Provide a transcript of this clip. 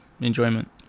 enjoyment